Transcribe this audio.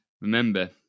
Remember